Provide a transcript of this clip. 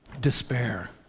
despair